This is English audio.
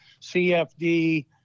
cfd